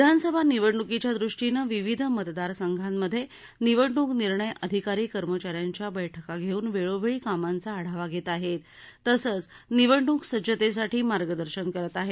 विधानसभा निवडण्कीच्या दृष्टीनं विविध मतदार संघांमधे निवडण्क निर्णय अधिकारी कर्मचा यांच्या बैठका घेऊन वेळोवेळी कामांचा आढावा घेत आहेत तसंच निवडणूक सज्जतेसाठी मार्गदर्शन करत आहेत